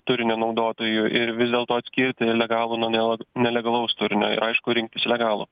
turinio naudotojų ir vis dėlto atskirti legalų nuo nel nelegalaus turinio ir aišku rinktis legalų